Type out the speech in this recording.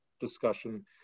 discussion